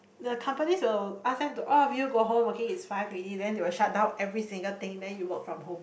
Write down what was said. the companies will ask them to all of you go home okay it's five already then they will shut down every single thing then you work from home